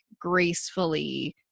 gracefully